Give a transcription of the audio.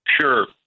Sure